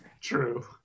True